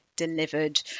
delivered